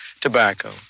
tobacco